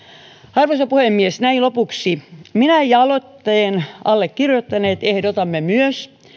arvoisa puhemies näin lopuksi minä ja aloitteen allekirjoittaneet ehdotamme myös